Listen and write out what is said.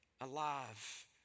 alive